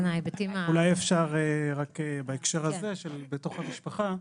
אולי אפשר רק בהקשר הזה, של תרומה בתוך המשפחה.